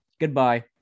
Goodbye